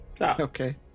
Okay